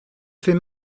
fait